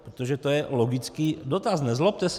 Protože to je logický dotaz, nezlobte se.